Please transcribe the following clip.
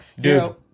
Dude